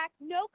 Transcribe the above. no